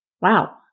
wow